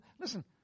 listen